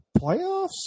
Playoffs